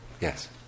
Yes